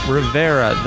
Rivera